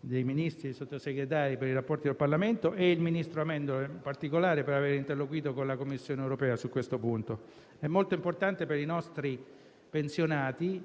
di Ministri e Sottosegretari per i rapporti con il Parlamento, e al ministro Amendola, per avere interloquito con la Commissione europea su questo punto. È molto importante per i nostri pensionati